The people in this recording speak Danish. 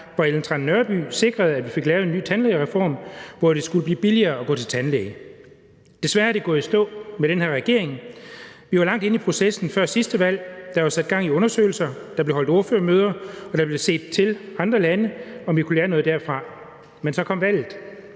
var Ellen Trane Nørby, sikrede, at vi fik lavet en ny tandlægereform, hvor det skulle blive billigere at gå til tandlæge. Desværre er det gået i stå med den her regering. Vi var langt inde i processen før sidste valg: Der var sat gang i undersøgelser, der blev holdt ordførermøder, og der blev set til andre lande, om vi kunne lære noget derfra. Men så kom valget,